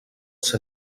ser